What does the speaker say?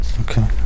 Okay